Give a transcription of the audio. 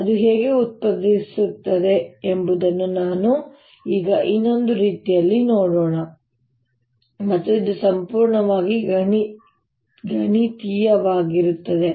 ಅದು ಹೇಗೆ ಉದ್ಭವಿಸುತ್ತದೆ ಎಂಬುದನ್ನು ನಾವು ಈಗ ಇನ್ನೊಂದು ರೀತಿಯಲ್ಲಿ ನೋಡೋಣ ಮತ್ತು ಇದು ಸಂಪೂರ್ಣವಾಗಿ ಗಣಿತೀಯವಾಗಿರುತ್ತದೆ